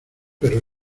pero